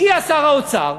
הגיע שר האוצר,